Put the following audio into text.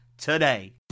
today